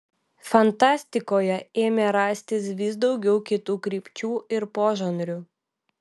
fantastikoje ėmė rastis vis daugiau kitų krypčių ir požanrių